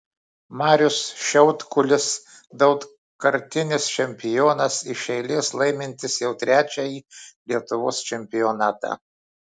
marius šiaudkulis daugkartinis čempionas iš eilės laimintis jau trečiąjį lietuvos čempionatą